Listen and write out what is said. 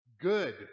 good